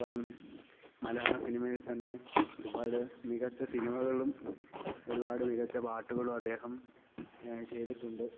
ഇപ്പം മലയാള സിനിമയിൽ തന്നെ ഒരുപാട് മികച്ച സിനിമകളും ഒരുപാട് മികച്ച പാട്ടുകളും അദ്ദേഹം ചെയ്തിട്ടുണ്ട്